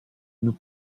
nous